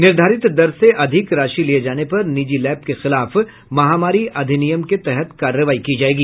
निर्धारित दर से अधिक राशि लिये जाने पर निजी लैब के खिलाफ महामारी अधिनियम के तहत कार्रवाई की जायेगी